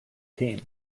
team